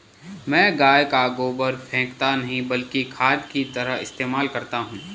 मैं गाय का गोबर फेकता नही बल्कि खाद की तरह इस्तेमाल करता हूं